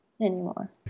anymore